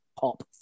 pop